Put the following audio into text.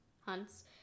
hunts